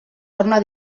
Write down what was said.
torna